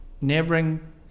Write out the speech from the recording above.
neighboring